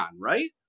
right